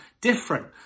different